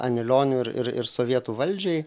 anilioniui ir ir sovietų valdžiai